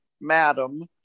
Madam